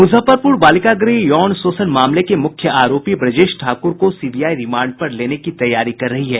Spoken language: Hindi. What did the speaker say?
मुजफ्फरपुर बालिका गृह यौन शोषण मामले के मुख्य आरोपी ब्रजेश ठाकुर को सीबीआई रिमांड पर लेने की तैयारी कर रही है